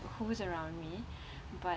who's around me but